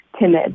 timid